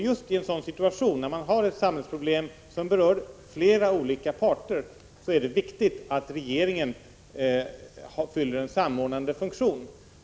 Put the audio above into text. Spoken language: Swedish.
Just i en sådan situation, när man har ett samhällsproblem som berör flera olika parter, är det väsentligt att regeringen fyller en samordnande funktion.